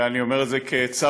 אני אומר את זה כצבר: